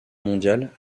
mondiale